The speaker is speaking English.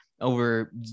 over